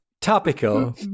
Topical